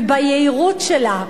וביהירות שלה,